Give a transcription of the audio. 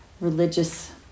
religious